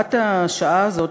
הוראת השעה הזאת,